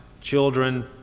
children